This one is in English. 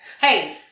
Hey